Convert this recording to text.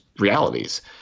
realities